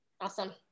Awesome